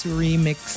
remix